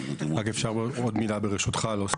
רק נגיד מה הייתה ההצעה.